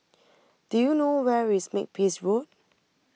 do you know where is Makepeace Road